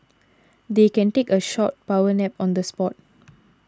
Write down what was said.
they can take a short power nap on the spot